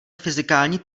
fyzikální